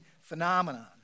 phenomenon